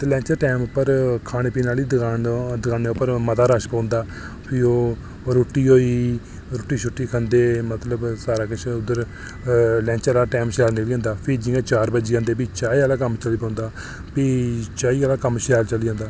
ते lunch time पर खाने पीने आह्ली दकानै पर मता रश पौंदा भी ओह् रुट्टी होई ते ओह् रुट्टी खंदे ते सारा किश मतलब ते लंच आह्ला टैम शैल निकली जंदा ते जियां चार बज्जी जंदे ते चाही आह्ला टैम शुरू होई जंदा भी चाही आह्ला कम्म शैल चली जंदा